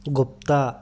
గుప్త